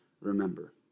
Remember